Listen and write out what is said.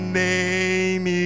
name